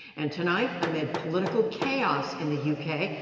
and, tonight, amid political chaos in the u k,